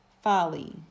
Folly